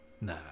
no